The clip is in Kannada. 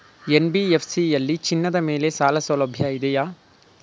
ಎನ್.ಬಿ.ಎಫ್.ಸಿ ಯಲ್ಲಿ ಚಿನ್ನದ ಮೇಲೆ ಸಾಲಸೌಲಭ್ಯ ಇದೆಯಾ?